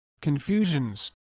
Confusions